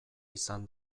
izan